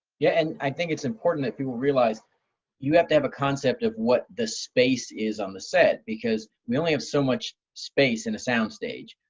yeah and i think it's important that people realize you have to have a concept of what the space is on the set, because we only have so much space in a soundstage.